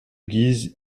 guise